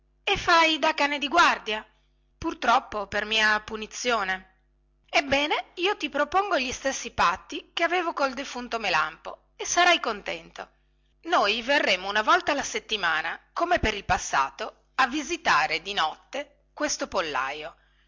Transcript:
e fai da cane di guardia purtroppo per mia punizione ebbene io ti propongo gli stessi patti che avevo col defunto melampo e sarai contento e questi patti sarebbero noi verremo una volta la settimana come per il passato a visitare di notte questo pollaio